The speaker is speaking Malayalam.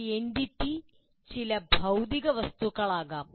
ഒരു എന്റിറ്റി ചില ഭൌതിക വസ്തുക്കളാകാം